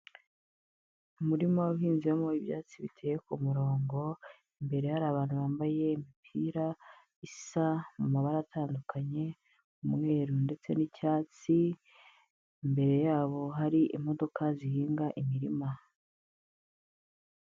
Umurima uhinzemo ibyatsi biteye kumurongo imbere hari abantu bambaye imipira isa mu mabara atandukanye umweru ndetse n'icyatsi, imbere yabo hari imodoka zihinga imirima.